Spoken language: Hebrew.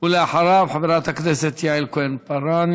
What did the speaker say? ואחריו חברת הכנסת יעל כהן-פארן.